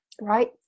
Right